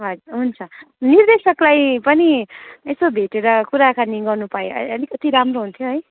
हजुर हुन्छ निर्देशकलाई पनि यसो भेटेर कुराकानी गर्नु पाए अ अलिकति राम्रो हुन्थ्यो है